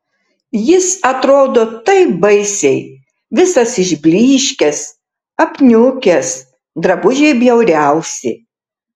jis atrodo taip baisiai visas išblyškęs apniukęs drabužiai bjauriausi